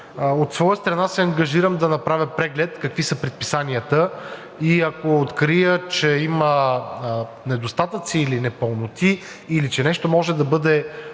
От своя страна се ангажирам да направя преглед какви са предписанията и ако открия, че има недостатъци или непълноти или че нещо може да бъде